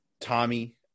Tommy